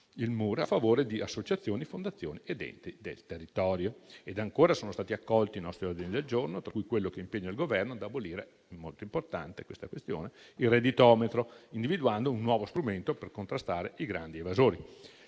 il MUR a favore di associazioni, fondazioni ed enti del territorio. Ancora, sono stati accolti i nostri ordini del giorno, tra cui quello che impegna il Governo ad abolire - questione molto importante - il redditometro, individuando un nuovo strumento per contrastare i grandi evasori.